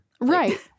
Right